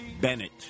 Bennett